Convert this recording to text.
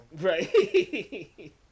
Right